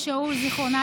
תפקידי כחברת